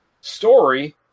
story